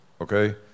okay